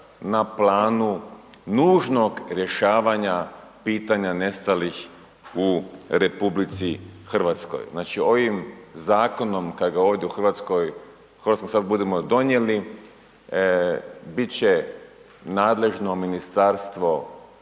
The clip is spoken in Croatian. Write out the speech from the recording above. na planu nužnog rješavanja pitanja nestalih u RH. Znači, ovim zakonom kad ga ovdje u RH, u HS budemo donijeli, bit će nadležno Ministarstvo